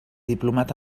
diplomat